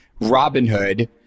Robinhood